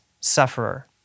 sufferer